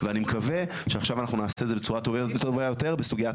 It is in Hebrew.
ואני מקווה שעכשיו אנחנו נעשה את זה בצורה טובה וטובה יותר בסוגיית